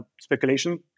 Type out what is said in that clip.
speculation